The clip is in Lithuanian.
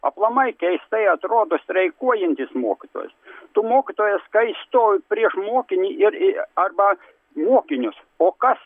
aplamai keistai atrodo streikuojantis mokytojas tu mokytojas kai stovi prieš mokinį ir arba mokinius o kas